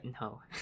no